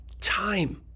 Time